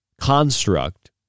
construct